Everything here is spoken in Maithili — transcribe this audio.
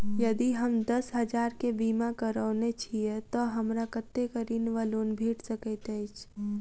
यदि हम दस हजार केँ बीमा करौने छीयै तऽ हमरा कत्तेक ऋण वा लोन भेट सकैत अछि?